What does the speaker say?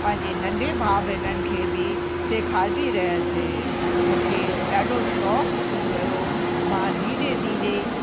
पंहिंजे नंढे भा भेनरुनि खे बि सेखारंदी रहियसि मूंखे ॾाढो शौक़ थी वियो मां धीरे धीरे